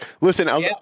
Listen